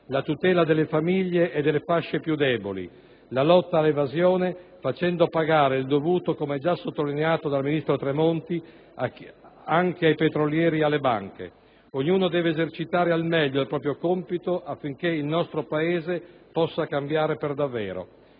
tutela delle famiglie e delle fasce più deboli, lotta all'evasione, facendo pagare il dovuto - come già sottolineato dal ministro Tremonti - anche ai petrolieri e alle banche. Ognuno deve esercitare al meglio il proprio compito affinché il nostro Paese possa cambiare per davvero.